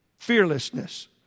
fearlessness